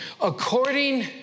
according